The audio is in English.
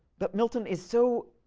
but milton is so